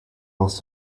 else